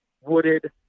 wooded